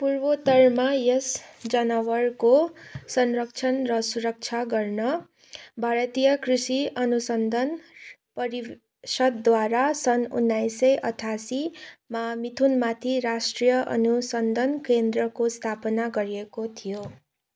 पूर्वोत्तरमा यस जनावरको संरक्षण र सुरक्षा गर्न भारतीय कृषि अनुसन्धान परिषद्द्वारा सन् उन्नाइस सय अठासीमा मिथुनमाथि राष्ट्रिय अनुसन्धान केन्द्रको स्थापना गरिएको थियो